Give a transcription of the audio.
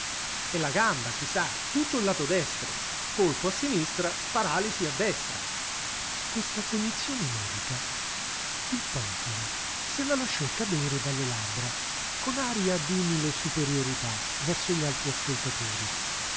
e la gamba si sa tutto il lato destro colpo a sinistra paralisi a destra questa cognizione medica il póntina se la lasciò cadere dalle labbra con aria d'umile superiorità verso gli altri ascoltatori